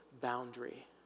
boundary